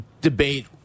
debate